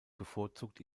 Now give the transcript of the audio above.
bevorzugt